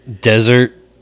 desert